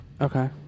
Okay